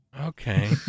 Okay